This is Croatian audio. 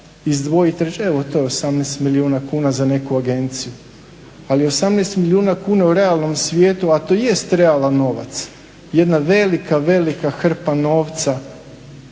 izdvojit i reći evo to je 18 milijuna kuna za neku agenciju, ali 18 milijuna kuna u realnom svijetu, a to jest realan novac, jedna velika velika hrpa novca